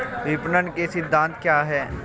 विपणन के सिद्धांत क्या हैं?